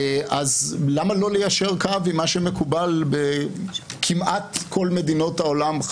אז למה לא ליישר קו עם מה שמקובל כמעט בכל מדינות העולם,